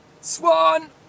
Swan